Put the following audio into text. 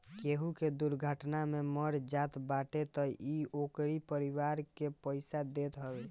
केहू के दुर्घटना में मर जात बाटे तअ इ ओकरी परिवार के पईसा देत हवे